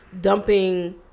dumping